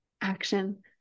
action